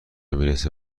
میرسه